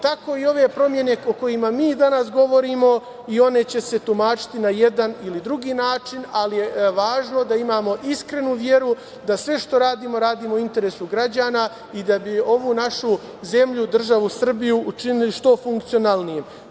Tako i ove promene o kojima mi danas govorimo, i one će se tumačiti na jedan ili drugi način, ali je važno da imamo iskrenu veru, da sve što radimo, radimo u interesu građana i da bi ovu našu zemlju, državu Srbiju učinili što funkcionalnijom.